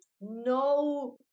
no